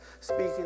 speaking